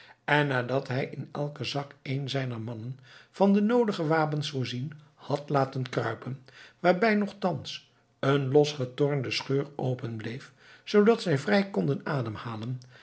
en nadat hij in elken zak een zijner mannen van de noodige wapens voorzien had laten kruipen waarbij nochtans een losgetornde scheur open bleef opdat zij vrij konden ademhalen